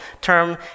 term